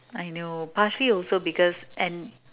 I know partially also because and